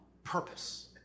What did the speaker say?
purpose